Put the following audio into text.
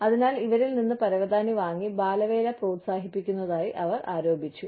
അതിനാൽ ഇവരിൽ നിന്ന് പരവതാനി വാങ്ങി ബാലവേല പ്രോത്സാഹിപ്പിക്കുന്നതായി അവർ ആരോപിച്ചു